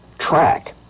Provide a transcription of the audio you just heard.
track